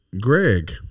Greg